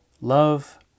Love